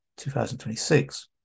2026